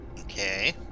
Okay